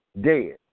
dead